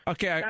Okay